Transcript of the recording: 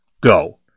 go